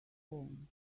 home